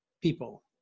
people